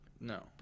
No